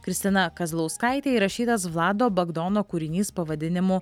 kristina kazlauskaite įrašytas vlado bagdono kūrinys pavadinimu